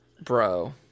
Bro